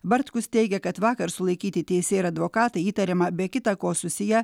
bartkus teigia kad vakar sulaikyti teisėjai ir advokatai įtariama be kita ko susiję